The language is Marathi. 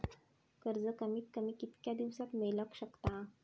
कर्ज कमीत कमी कितक्या दिवसात मेलक शकता?